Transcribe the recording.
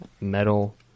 metal